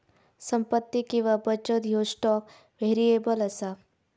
संपत्ती किंवा बचत ह्यो स्टॉक व्हेरिएबल असा